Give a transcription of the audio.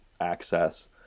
access